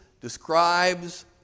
describes